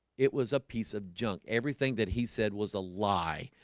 it was a piece of junk everything that he said was a lie.